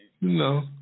No